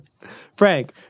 Frank